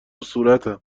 صورتم